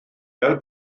fel